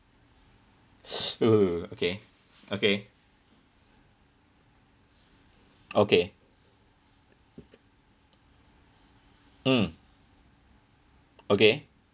err okay okay okay mm okay